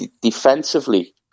defensively